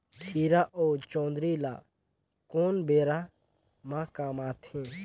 खीरा अउ जोंदरी ल कोन बेरा म कमाथे?